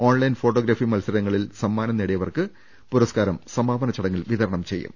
online photography മത്സ രത്തിൽ സമ്മാനം നേടിയവർക്ക് പുരസ്കാരം സമാപന ചടങ്ങിൽ വിതര ണം ചെയ്യും